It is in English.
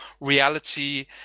reality